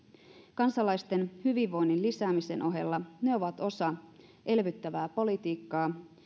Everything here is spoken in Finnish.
kansalaisten hyvinvoinnin lisäämisen ohella ne ovat osa elvyttävää politiikkaa ja